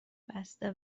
بسته